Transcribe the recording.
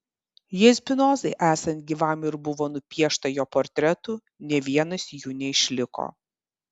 jei spinozai esant gyvam ir buvo nupiešta jo portretų nė vienas jų neišliko